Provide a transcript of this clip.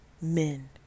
men